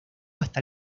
hasta